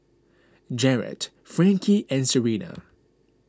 Jaret Frankie and Serina